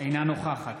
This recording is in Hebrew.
אינה נוכחת